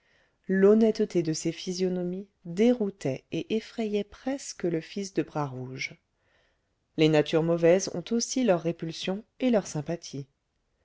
l'honnêteté de ces physionomies déroutait et effrayait presque le fils de bras rouge les natures mauvaises ont aussi leurs répulsions et leurs sympathies